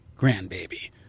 grandbaby